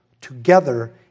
together